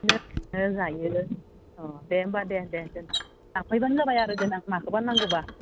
नों जायो दे होमब्ला दे दे दोन लांफैब्लानो जाबाय आरो देनां माखौबा नांगौब्ला